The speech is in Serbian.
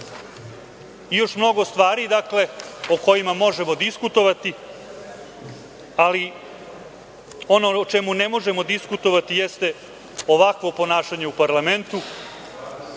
još mnogo stvari po kojima možemo diskutovati, ali ono o čemu ne možemo diskutovati jeste ovakvo ponašanje u parlamentu,